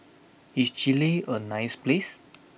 is Chile a nice place